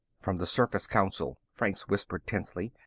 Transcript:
from the surface council, franks whispered tensely.